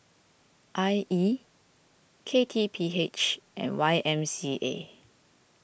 I E K T P H and Y M C A